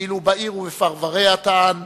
ואילו בעיר ובפרבריה, טען,